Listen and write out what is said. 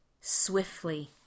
swiftly